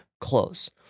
close